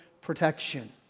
protection